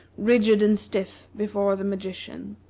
rigid and stiff, before the magician.